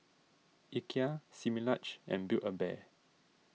Ikea Similac and Build a Bear